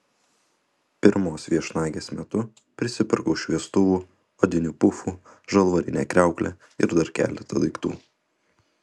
pirmos viešnagės metu prisipirkau šviestuvų odinių pufų žalvarinę kriauklę ir dar keletą daiktų